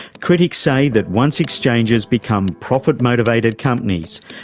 critics say that once exchanges become profit-motivated companies,